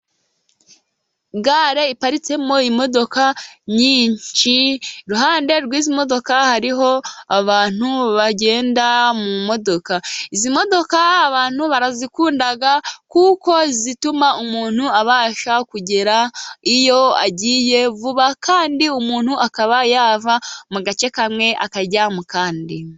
Gare iparitsemo imodoka nyinshi, iruhande rw'izi modoka hariho abantu bagenda mu modoka. Izi modoka abantu barazikunda, kuko zituma umuntu abasha kugera iyo agiye vuba, kandi umuntu akaba yava mu gace kamwe akajya mu kandi.